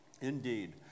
Indeed